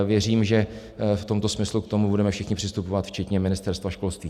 Věřím, že v tomto smyslu k tomu budeme všichni přistupovat včetně Ministerstva školství.